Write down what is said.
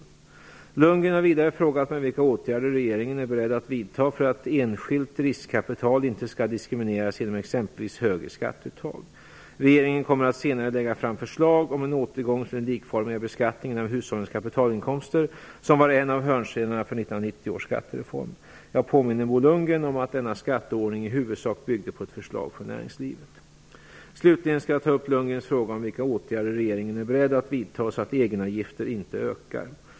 Bo Lundgren har vidare frågat mig vilka åtgärder regeringen är beredd att vidta för att enskilt riskkapital inte skall diskrimineras genom exempelvis högre skatteuttag. Regeringen kommer senare att lägga fram förslag om en återgång till den likformiga beskattning av hushållens kapitalinkomster som var en av hörnstenarna för 1990 års skattereform. Jag påminner Bo Lundgren om att denna skatteordning i huvudsak byggde på ett förslag från näringslivet. Slutligen skall jag ta upp Bo Lundgrens fråga om vilka åtgärder regeringen är beredd att vidta så att egenavgifterna inte ökar.